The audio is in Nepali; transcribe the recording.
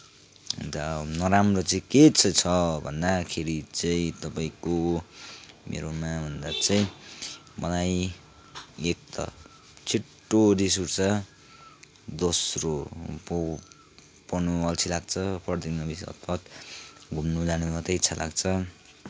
अन्त नराम्रो चाहिँ के चाहिँ छ भन्दाखेरि चाहिँ तपाईँको मेरोमा भन्दा चाहिँ मलाई एक त छिट्टो रिस उठ्छ दोस्रो पढ्नु अल्छी लाग्छ पढ्दिनँ बेसी हतपत घुम्न जान मात्रै इच्छा लाग्छ